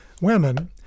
women